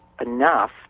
enough